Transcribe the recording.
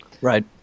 Right